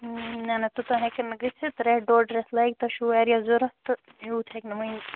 نہَ نہَ توٚتام ہیٚکٮ۪ن نہٕ گٔژھِتھ رٮ۪تھ ڈۅڈ رٮ۪تھ لَگہِ تۄہہِ چھُو واریاہ ضروٗرت تہٕ یوٗت ہیٚکہِ نہٕ وُنہِ